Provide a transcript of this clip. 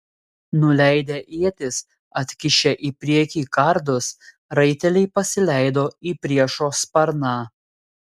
nuleidę ietis atkišę į priekį kardus raiteliai pasileido į priešo sparną